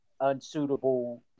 unsuitable